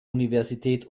universität